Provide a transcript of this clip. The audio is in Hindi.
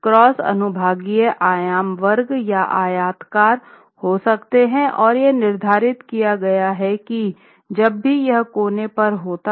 क्रॉस अनुभागीय आयाम वर्ग या आयताकार हो सकते हैं और यह निर्धारित किया गया है कि जब भी यह कोने पर होता है